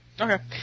Okay